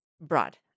broad